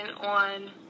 on